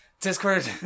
Discord